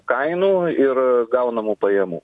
kainų ir gaunamų pajamų